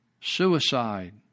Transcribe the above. suicide